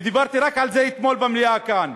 ודיברתי על זה רק אתמול במליאה כאן,